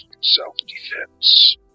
self-defense